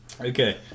Okay